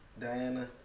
Diana